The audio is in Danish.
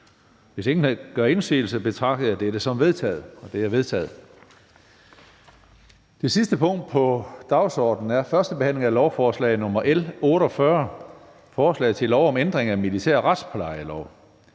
Hvis ingen gør indsigelse, betragter jeg dette som vedtaget. Det er vedtaget. --- Det sidste punkt på dagsordenen er: 12) 1. behandling af lovforslag nr. L 48: Forslag til lov om ændring af militær retsplejelov.